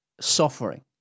suffering